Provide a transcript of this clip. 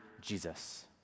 Jesus